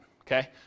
okay